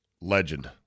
legend